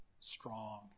strong